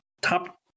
top